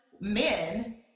men